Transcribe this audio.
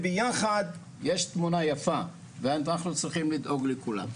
וביחד יש תמונה יפה ואנחנו צריכים לדאוג לכולם.